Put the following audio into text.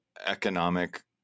economic